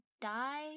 die